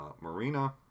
Marina